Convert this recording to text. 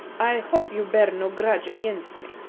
i hope you bear no grudge against me,